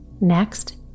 Next